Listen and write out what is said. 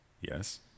Yes